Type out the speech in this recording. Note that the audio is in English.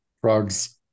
frogs